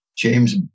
James